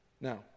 Now